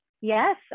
Yes